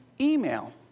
email